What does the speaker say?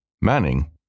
Manning